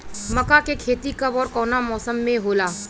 मका के खेती कब ओर कवना मौसम में होला?